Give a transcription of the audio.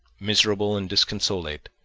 miserable and disconsolate,